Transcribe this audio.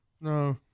no